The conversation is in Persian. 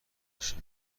بشه